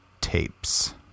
Tapes